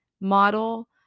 model